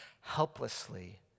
helplessly